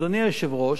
אדוני היושב-ראש,